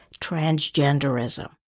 Transgenderism